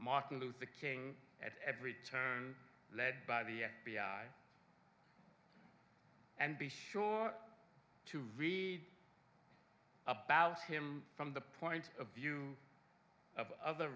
martin luther king at every turn led by the f b i and be sure to read about him from the point of view of other